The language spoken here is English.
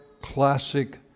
Classic